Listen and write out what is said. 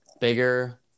bigger